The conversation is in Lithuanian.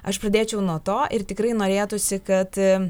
aš pradėčiau nuo to ir tikrai norėtųsi kad